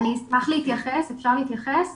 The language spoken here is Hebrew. אפשר להתייחס?